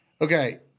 okay